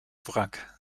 wrack